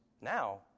now